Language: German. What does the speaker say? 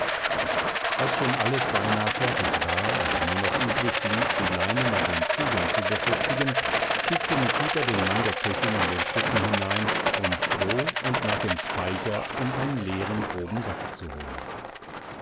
als schon alles beinah fertig war und nur noch übrig blieb die leinen an den zügeln zu befestigen schickte nikita den mann der köchin in den schuppen hinein um stroh und nach dem speicher um einen leeren groben sack zu holen